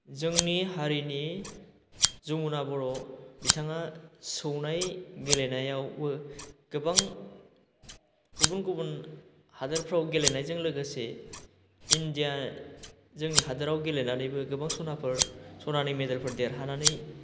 जोंनि हारिनि जमुना बर' बिथाङा सौनाय गेलेनायावबो गोबां गुबुन गुबुन हादोरफ्राव गेलेनायजों लोगोसे इण्डिया जोंनि हादोदआव गेलेनानैबो गोबां सनाफोर सनानि मेडेलफोर देरहानानै